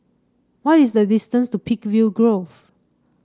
what is the distance to Peakville Grove